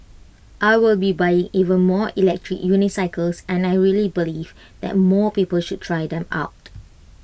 I will be buying even more electric unicycles and I really believe that more people should try them out